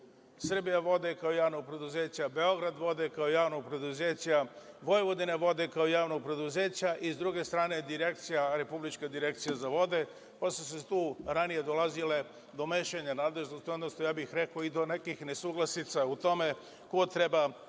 „Srbijavode“ kao Javnog preduzeća, „Beogradvode“ kao Javnog preduzeća, „Vojvodinavode“ kao Javnog preduzeća, i s druge strane Republička direkcija za vode. Pa je tu ranije dolazilo do mešanja nadležnosti, odnosno, rekao bih, i do nekih nesuglasica u tome ko treba